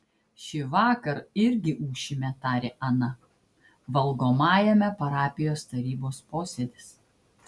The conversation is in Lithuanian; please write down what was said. šįvakar irgi ūšime tarė ana valgomajame parapijos tarybos posėdis